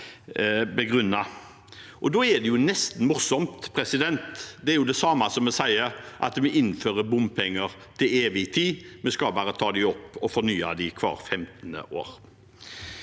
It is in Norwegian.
Da er det nesten morsomt. Det er det samme som å si at vi innfører bompenger til evig tid; vi skal bare ta dem opp og fornye dem hvert 15. år.